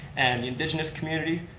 and the indigenous community,